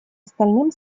остальным